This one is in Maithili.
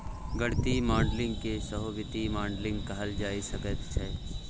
गणितीय मॉडलिंग केँ सहो वित्तीय मॉडलिंग कहल जा सकैत छै